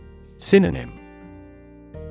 Synonym